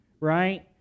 right